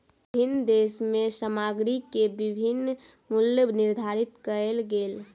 विभिन्न देश में सामग्री के विभिन्न मूल्य निर्धारित कएल गेल